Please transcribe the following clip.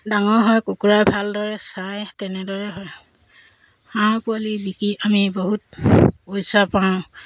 ডাঙৰ হয় কুকুৰাই ভালদৰে চায় তেনেদৰে হয় হাঁহ পোৱালি বিকি আমি বহুত পইচা পাওঁ